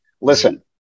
Listen